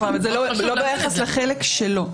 וזה לא ביחס לחלק שלו.